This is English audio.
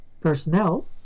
personnel